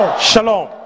Shalom